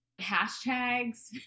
hashtags